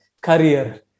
career